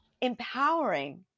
empowering